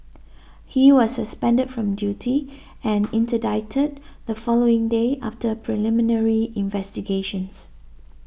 he was suspended from duty and interdicted the following day after preliminary investigations